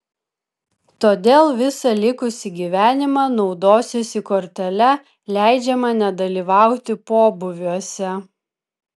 todėl visą likusį gyvenimą naudosiuosi kortele leidžiama nedalyvauti pobūviuose